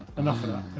enough of that.